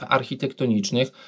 architektonicznych